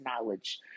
knowledge